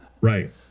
Right